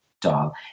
doll